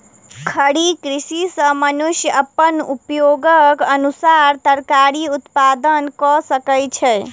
खड़ी कृषि सॅ मनुष्य अपन उपयोगक अनुसार तरकारी उत्पादन कय सकै छै